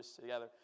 together